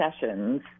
sessions